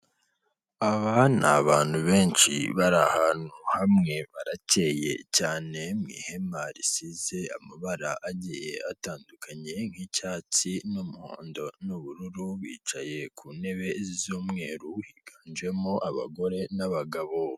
Aba ni abantu benshi bari ahantu hamwe barake cyane mu ihema risize amabara agiye atandukanye nk'icyatsi n'umuhondo n'ubururu, bicaye ku ntebe z'umweru higanjemo abagore n'abagabo.